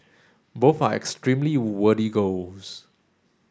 both are extremely goals